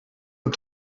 een